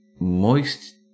moist